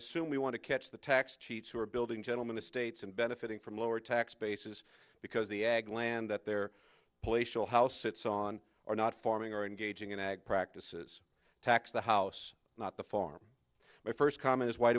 assume we want to catch the tax cheats who are building gentlemen estates and benefiting from lower tax bases because the ag land at their place the house sits on or not farming or engaging in ag practices tax the house not the farm my first comment is why